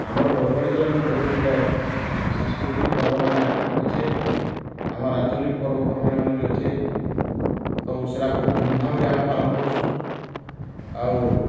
ଆମର୍ ବରଗଡ଼ ଜିଲ୍ଲାନ ବହୁତ ଗୁଡ଼ାଏ ସାଂସ୍କୃତିକ ପର୍ବମାନେ ଅଛି ଆମର ଆଞ୍ଚଲିକ୍ ପର୍ବପର୍ବାଣୀମାନ ବି ଅଛେ ଆଉ ସେଇଟା ବହୁତ ଧୂମଧାମରେ ଆମେ ପାଲନ କରସୁଁ ଆଉ